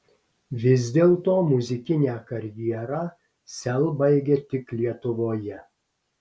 vis dėlto muzikinę karjerą sel baigia tik lietuvoje